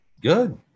good